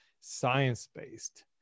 science-based